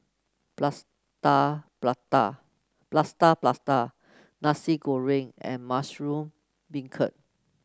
Plaster Prata plaster plaster Nasi Goreng and Mushroom Beancurd